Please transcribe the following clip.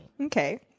Okay